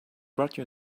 roger